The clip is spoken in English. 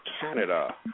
Canada